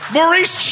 Maurice